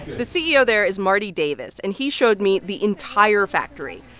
the ceo there is marty davis, and he showed me the entire factory.